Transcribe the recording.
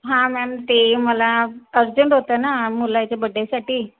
हा मॅम ते मला अर्जंट होतं ना मुलाच्या बड्डेसाठी